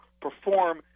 perform